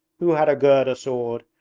who had a gurda sword?